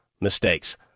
mistakes